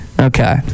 Okay